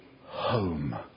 home